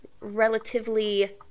relatively